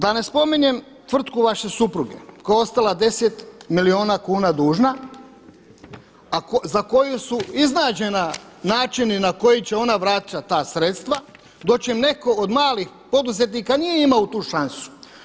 Da ne spominjem tvrtku vaše supruge, koja je ostala 10 milijuna kuna dužna, a za koju su iznađeni načini na koji će ona vraćati ta sredstva, dočim od neko od malih poduzetnika nije imao tu šansu.